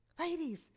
Ladies